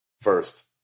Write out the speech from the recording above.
first